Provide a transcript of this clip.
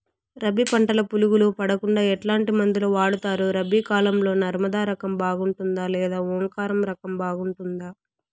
రబి పంటల పులుగులు పడకుండా ఎట్లాంటి మందులు వాడుతారు? రబీ కాలం లో నర్మదా రకం బాగుంటుందా లేదా ఓంకార్ రకం బాగుంటుందా?